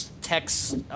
text